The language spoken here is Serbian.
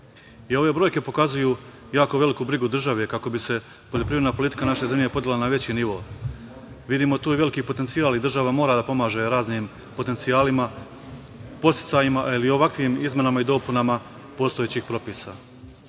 Ove brojke pokazuju jako veliku brigu države kako bi se poljoprivredna politika naše zemlje podigla na veći nivo. Vidimo tu i veliki potencijal, ali država mora da pomaže raznim podsticajima, ali i ovakvim izmenama i dopunama postojećih propisa. Izmenama